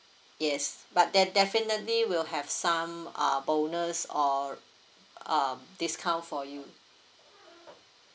yes but there definitely will have some uh bonus or um discount for you